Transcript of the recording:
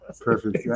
Perfect